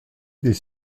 des